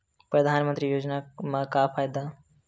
परधानमंतरी योजना म का फायदा?